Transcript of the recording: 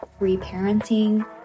reparenting